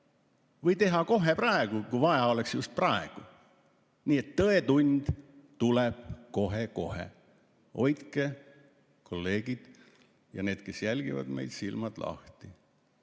või teha kohe praegu, kui vaja oleks just nüüd? Nii et tõetund tuleb kohe-kohe. Hoidke kolleegid, ja need, kes meid jälgivad, silmad lahti.